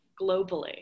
globally